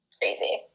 crazy